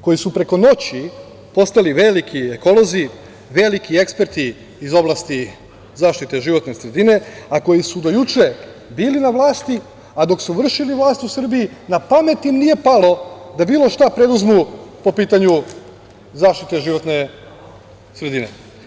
koji su preko noći postali veliki ekolozi, veliki eksperti iz oblasti zaštite životne sredine, a koji su do juče bili na vlasti, a dok su vršili vlast u Srbiji na pamet im nije palo da bilo šta preduzmu po pitanju zaštite životne sredine.